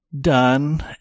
done